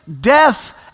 death